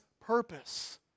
purpose